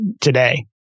today